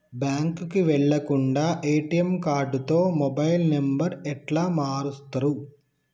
బ్యాంకుకి వెళ్లకుండా ఎ.టి.ఎమ్ కార్డుతో మొబైల్ నంబర్ ఎట్ల మారుస్తరు?